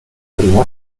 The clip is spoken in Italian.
prima